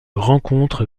rencontre